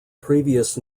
previous